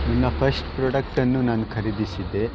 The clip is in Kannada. ನನ್ನ ಫಸ್ಟ್ ಪ್ರೊಡಕ್ಟನ್ನು ನಾನು ಖರೀದಿಸಿದೆ